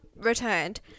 returned